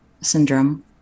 syndrome